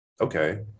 Okay